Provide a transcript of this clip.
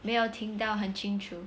没有听到很清楚